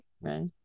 Right